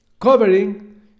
covering